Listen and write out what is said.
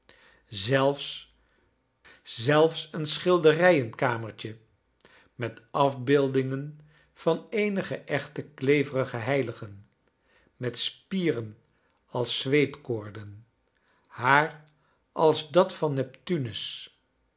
plaatsen zelfs een sohilde qenkamertje met af beeldingen van eenige echte kleverige heiligen met spieren als zweepkoorden haar als dat ran neptunus